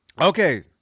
Okay